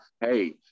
hey